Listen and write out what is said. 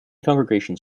congregations